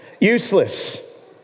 useless